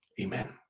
amen